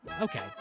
Okay